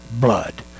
blood